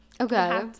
Okay